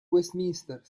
westminster